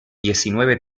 diecinueve